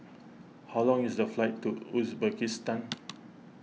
how long is the flight to Uzbekistan